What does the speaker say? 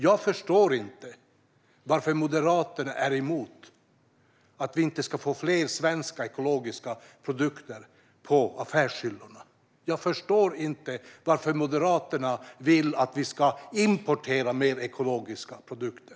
Jag förstår inte varför Moderaterna är emot att vi ska få fler svenska ekologiska produkter på affärshyllorna. Jag förstår inte varför Moderaterna vill att vi ska importera mer ekologiska produkter.